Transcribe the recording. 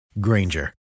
Granger